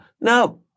no